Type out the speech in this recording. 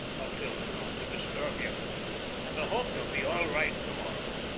i'll tell them not to disturb ye and i hope ye'll be all right to-morrow.